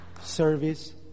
service